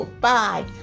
Bye